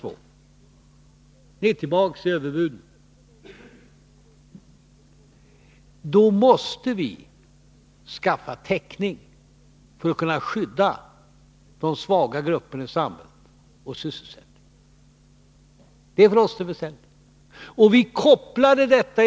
Ni är tillbaka med överbuden. Då måste vi skaffa täckning för att kunna skydda de svaga grupperna i samhället och klara sysselsättningen. Det är för oss det väsentliga.